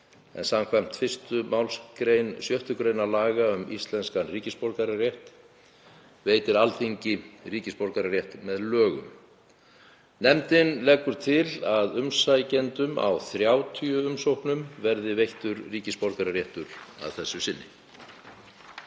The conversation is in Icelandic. en samkvæmt 1. mgr. 6. gr. laga um íslenskan ríkisborgararétt veitir Alþingi ríkisborgararétt með lögum. Nefndin leggur til að umsækjendum á 30 umsóknum verði veittur ríkisborgararéttur að þessu sinni.